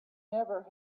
never